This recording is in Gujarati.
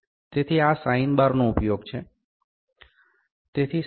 તેથી આ સાઈન બારનો ઉપયોગ છે